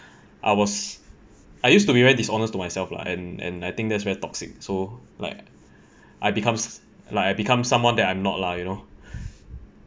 I was I used to be very dishonest to myself lah and and I think that's very toxic so like I become s~ like I become someone that I'm not lah you know